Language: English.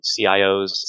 CIOs